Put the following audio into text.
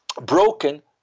broken